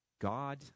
God